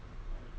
I don't know